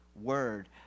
word